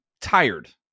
tired